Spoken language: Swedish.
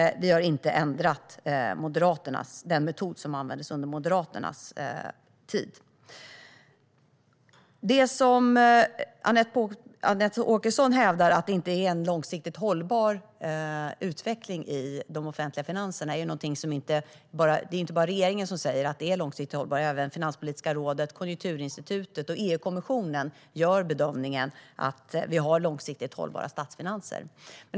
Vi har inte ändrat den metod som användes under Moderaternas tid. Anette Åkesson hävdar att det inte är en långsiktigt hållbar utveckling i de offentliga finanserna. Det är inte bara regeringen som säger att utvecklingen är långsiktigt hållbar; även Finanspolitiska rådet, Konjunkturinstitutet och EU-kommissionen gör bedömningen att vi har långsiktigt hållbara statsfinanser.